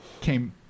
came